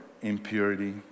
impurity